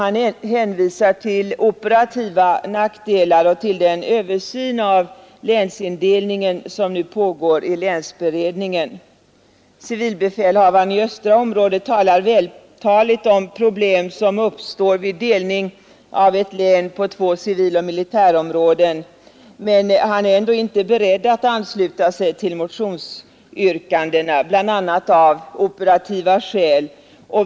Han hänvisar till operativa nackdelar och till den översyn av länsindelningen som nu pågår i länsberedningen. Civilbefälhavaren i östra området skildrar vältaligt de problem som uppstår vid delning av ett län på två civiloch militärområden. Men han är ändå inte beredd att ansluta sig till motionsyrkandena, bl.a. av operativa skäl.